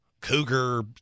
Cougar